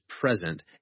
present